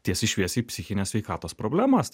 tiesiai šviesiai psichinės sveikatos problemas